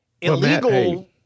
illegal